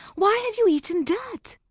why had you eaten dirt?